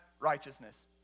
righteousness